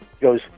goes